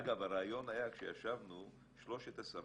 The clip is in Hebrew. אגב, הרעיון היה כשישבנו שלושת השרים,